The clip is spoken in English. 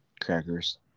crackers